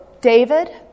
David